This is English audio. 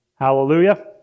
Hallelujah